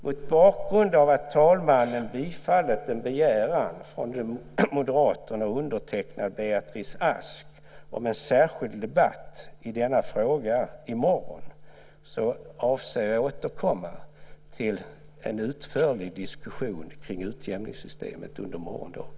Mot bakgrund av att talmannen bifallit en begäran från Moderaterna, undertecknad av Beatrice Ask, om en särskild debatt i denna fråga i morgon avser jag återkomma till en utförlig diskussion kring utjämningssystemet under morgondagen.